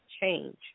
change